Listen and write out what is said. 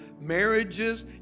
marriages